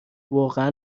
واقع